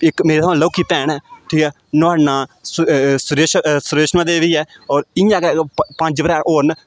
इक मेरे थमां लोह्की भैन ऐ ठीक ऐ नुहाड़ा नांऽ सुरेश्मा देवी ऐ होर इ'यां गै पंज भ्राऽ होर न ते